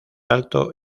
alto